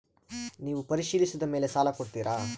ನೇವು ಪರಿಶೇಲಿಸಿದ ಮೇಲೆ ಸಾಲ ಕೊಡ್ತೇರಾ?